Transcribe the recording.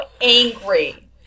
angry